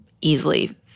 easily